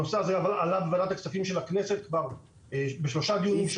הנושא הזה עלה בוועדת הכספים של הכנסת כבר בשלושה דיונים שונים.